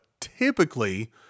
typically